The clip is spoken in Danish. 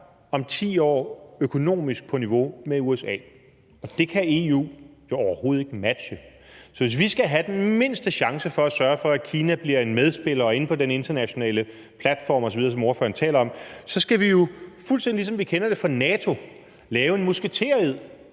om 10 år økonomisk på niveau med USA, og det kan EU jo overhovedet ikke matche. Så hvis vi skal have den mindste chance for at sørge for, at Kina bliver en medspiller inde på den internationale platform, som ordføreren taler om, så skal vi jo, fuldstændig ligesom vi kender det fra NATO, lave en musketered